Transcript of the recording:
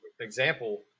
example